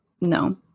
No